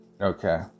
Okay